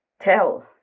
tell